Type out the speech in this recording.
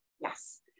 Yes